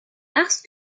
parce